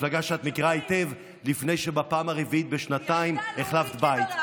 מפלגה שאת מכירה היטב לפני שבפעם הרביעית בשנתיים החלפת בית,